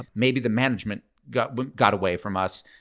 maybe the management got got away from us.